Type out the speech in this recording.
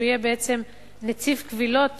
שהוא יהיה בעצם נציב קבילות